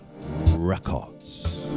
records